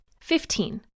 Fifteen